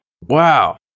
Wow